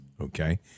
Okay